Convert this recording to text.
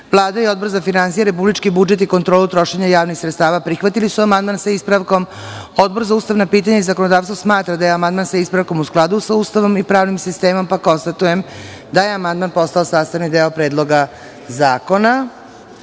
i Odbor za finansije, republički budžet i kontrolu trošenja javnih sredstava prihvatili su amandman sa ispravkom, Odbor za ustavna pitanja i zakonodavstvo smatra da je amandman sa ispravkom u skladu sa Ustavom i pravnim sistemom, pa konstatujem da je amandman postao sastavni deo Predloga zakona. Reč